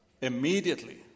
Immediately